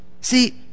See